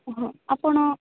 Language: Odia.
ହଁ ଆପଣ